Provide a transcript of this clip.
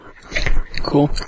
Cool